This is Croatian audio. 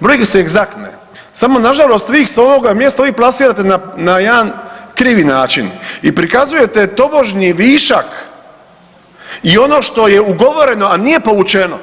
brojke su egzaktne samo ih vi sa ovog mjesta uvijek plasirate na jedan krivi način i prikazujete tobožnji višak i ono što je ugovoreno i nije povučeno.